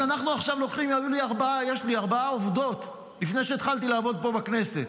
יש לי ארבע עובדות, לפני שהתחלתי לעבוד פה בכנסת,